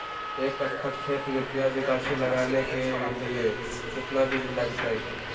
एक कट्ठा खेत में प्याज के गाछी लगाना के लिए कितना बिज लगतय?